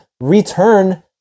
return